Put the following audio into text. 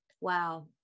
wow